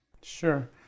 Sure